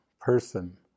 person